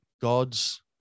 gods